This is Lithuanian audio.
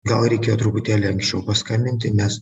gal reikėjo truputėlį anksčiau paskambinti nes